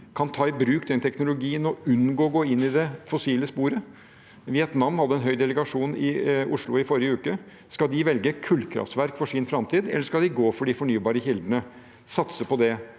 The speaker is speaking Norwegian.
kan ta i bruk den teknologien og unngå å gå inn i det fossile sporet. Vietnam hadde en høydelegasjon i Oslo i forrige uke. Skal de velge kullkraftverk for sin framtid, eller skal de gå for de fornybare kildene, satse på det?